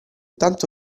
tanto